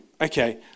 okay